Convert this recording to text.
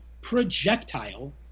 projectile